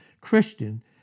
Christian